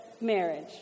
marriage